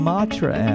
Matra